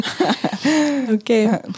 Okay